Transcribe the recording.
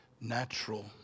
natural